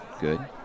Good